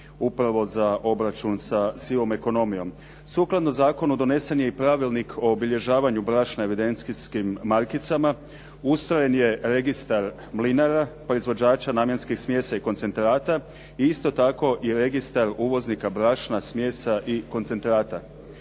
upravo za obračun sa sivom ekonomijom. Sukladno zakonu donesen je i Pravilnik o obilježavanju brašna evidencijskim markicama, ustrojen je Registar mlinara, proizvođača namjenskih smjesa i koncentrata i isto tako i Registar uvoznika brašna, smjesa i koncentrata.